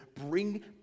bring